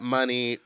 Money